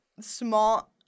small